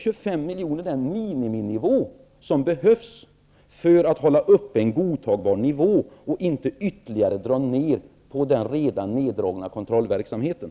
25 miljoner är den miniminivå som behövs för att upprätthålla en godtagbar nivå och inte ytterligare dra ned på den redan neddragna kontrollverksamheten.